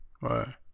Right